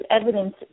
evidence